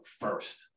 first